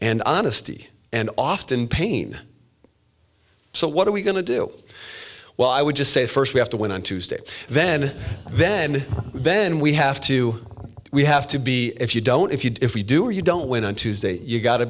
and honesty and often pain so what are we going to do well i would just say first we have to win on tuesday then then then we have to we have to be if you don't if you do if we do or you don't win on tuesday you've got